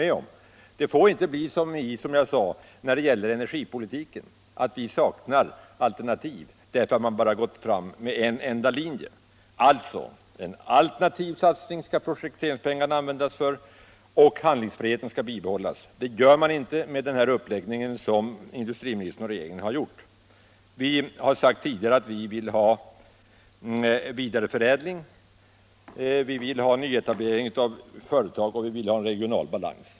Det får inte bli som när det gäller energipolitiken att vi fråntagits alternativen därför att man gått fram på en enda linje. Projektpengarna skall alltså användas för att få fram alternativ och för att handlingsfriheten skall bibehållas. Det åstadkommer man inte med den uppläggning som industriministern och regeringen har gjort. Vi har tidigare sagt att vi satsar på vidareförädling, nyetablering av företag och en regional balans.